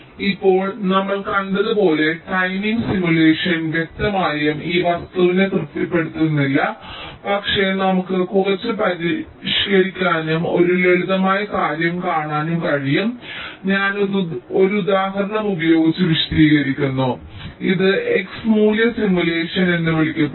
ഇപ്പോൾ നമ്മൾ കണ്ടതുപോലെ ടൈമിംഗ് സിമുലേഷൻ വ്യക്തമായും ഈ വസ്തുവിനെ തൃപ്തിപ്പെടുത്തുന്നില്ല പക്ഷേ നമുക്ക് കുറച്ച് പരിഷ്ക്കരിക്കാനും ഒരു ലളിതമായ കാര്യം കാണാനും കഴിയും ഞാൻ ഒരു ഉദാഹരണം ഉപയോഗിച്ച് വിശദീകരിക്കുന്നു ഇത് x മൂല്യ സിമുലേഷൻ എന്ന് വിളിക്കപ്പെടുന്നു